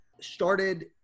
started